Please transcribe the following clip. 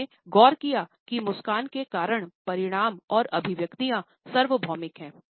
उसने गौर किया की मुस्कान के कारण परिणाम और अभिव्यक्तियाँ सार्वभौमिक हैं